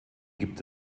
gibt